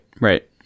right